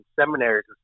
seminaries